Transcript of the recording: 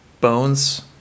Bones